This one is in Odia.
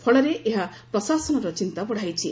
ଫଳରେ ଏହା ପ୍ରଶାସନର ଚିନ୍ତା ବତ୍ତାଇଛି